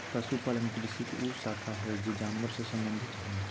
पशुपालन कृषि के उ शाखा हइ जे जानवर से संबंधित हइ